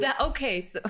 okay